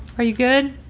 are you good?